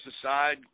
aside